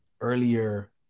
earlier